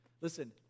Listen